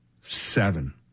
seven